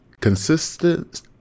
consistent